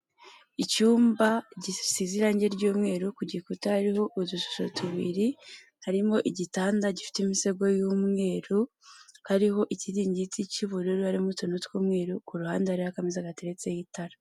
Icyumba gisize irangi ry'umweru ku gikuta hariho udushusho tubiri harimo igitanda gifite imisego y'umweru hariho ikiringiti cy'ubururu harimo utuntu tw'umweru ku ruhande hariho akameza gateretseho itara.